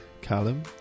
callum